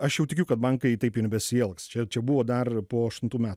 aš jau tikiu kad bankai taip nebesielgs čia čia buvo dar po aštuntų metų